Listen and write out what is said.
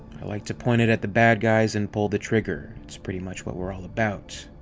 i like to point it at the bad guys and pull the trigger. it's pretty much what we'ere all about.